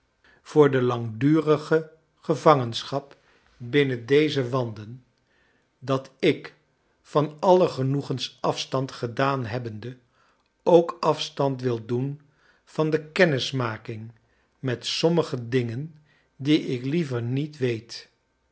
voor de langdurige gevangenschap binnen deze wanden dat ik van alle genoegens afstand gedaan hebbende ook afstand wil doen van de kennismaking met sommige dingen die ik liever niet weet